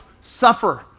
suffer